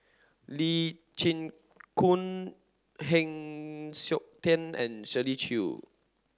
Lee Chin Koon Heng Siok Tian and Shirley Chew